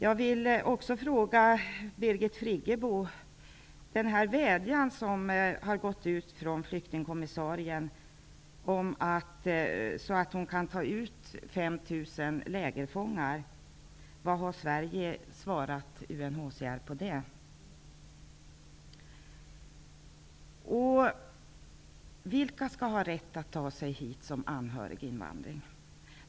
Jag vill också fråga Birgit Friggebo om den vädjan som har gått ut från flyktingkommissarien om att hon skall ta ut 5 000 lägerfångar. Vad har Sverige svarat UNHCR på det? Vilka skall ha rätt att komma hit som anhöriginvandrare?